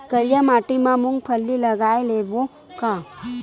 करिया माटी मा मूंग फल्ली लगय लेबों का?